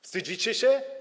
Wstydzicie się?